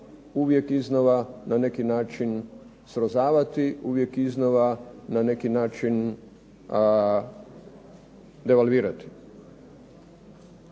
uvijek iznova na neki način srozavati, uvijek iznova na neki način revalvirati.